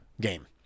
game